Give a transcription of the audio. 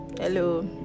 Hello